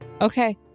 Okay